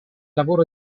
lavoro